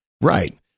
Right